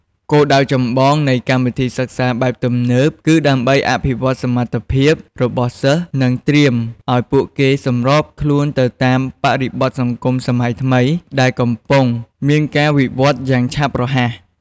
គោលដៅចម្បងនៃកម្មវិធីសិក្សាបែបទំនើបគឺដើម្បី អភិវឌ្ឍសមត្ថភាព របស់សិស្ស និង ត្រៀមឲ្យពួកគេសម្របខ្លួនទៅតាមបរិបទសង្គមសម័យថ្មី ដែលកំពុងមានការវិវឌ្ឍន៍យ៉ាងឆាប់រហ័ស។